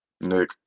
Nick